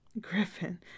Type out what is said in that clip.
Griffin